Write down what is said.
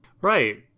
Right